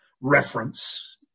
reference